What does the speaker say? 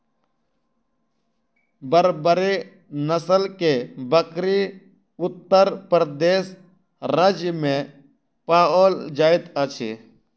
बर्बरी नस्ल के बकरी उत्तर प्रदेश राज्य में पाओल जाइत अछि